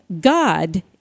God